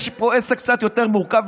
יש פה עסק קצת יותר מורכב.